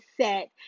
set